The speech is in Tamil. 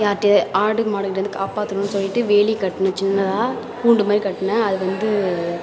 யார்கிட்ட ஆடுங்க மாடுங்கக்கிட்ட இருந்து காப்பாற்றணும்னு சொல்லிவிட்டு வேலி கட்டினேன் சின்னதாக கூண்டு மாரி கட்டினேன் அது வந்து